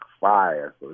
fire